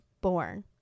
born